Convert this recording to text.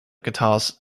guitars